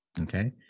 okay